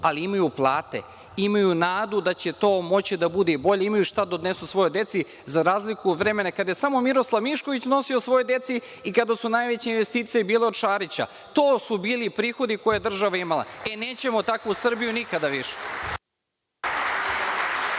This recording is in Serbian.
Ali, imaju plate, imaju nadu da će to moći da bude i bolje, imaju šta da odnesu svojoj deci, za razliku od vremena kada je samo Miroslav Mišković nosio svojoj deci i kada su najveće investicije je bile od Šarića. To su bili prihodi koje je država imala. E, nećemo u takvu Srbiju nikada više.